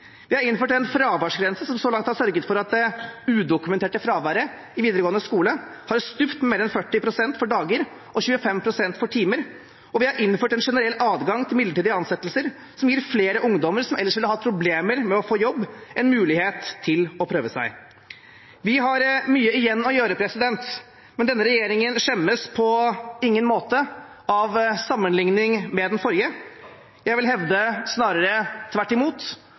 Vi har innført en fraværsgrense, som så langt har sørget for at det udokumenterte fraværet i videregående skole har stupt med mer enn 40 pst. for dager og 25 pst. for timer, og vi har innført en generell adgang til midlertidige ansettelser, som vil gi flere ungdommer som ellers ville hatt problemer med å få jobb, en mulighet til å prøve seg. Vi har mye igjen å gjøre, men denne regjeringen skjemmes på ingen måte av sammenlikning med den forrige. Jeg vil hevde snarere tvert imot,